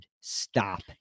stop